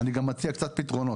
פתרונות.